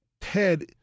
Ted